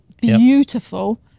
beautiful